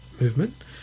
movement